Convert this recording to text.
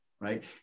Right